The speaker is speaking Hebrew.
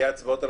יהיו הצבעות?